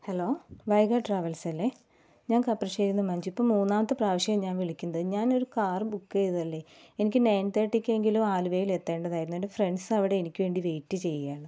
hello Vaiga ട്രാവൽസല്ലേ ഞാൻ കപ്രശ്ശേരീയിൽ നിന്ന് മഞ്ജു ഇപ്പോൾ മൂന്നാമത്തെ പ്രാവശ്യമായി ഞാൻ വിളിക്കുന്നത് ഞാനൊരു കാറ് ബുക്കെയ്തതല്ലേ എനിക്ക് നയൻ തേർട്ടിക്കേങ്കിലും ആലുവയില് എത്തണ്ടതായിരുന്നു എൻ്റെ ഫ്രണ്ട്സ് അവിടെ എനിക്ക് വേണ്ടി വൈയ്റ്റ് ചെയ്യുകയാണ്